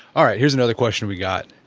all right, here is another question we got.